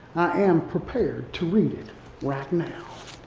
am prepared to read it right now.